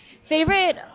favorite